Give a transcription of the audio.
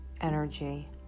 energy